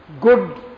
good